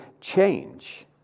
change